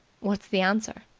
what's the answer?